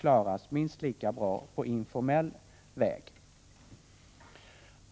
klaras minst lika bra på informell väg.